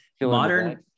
modern